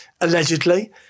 allegedly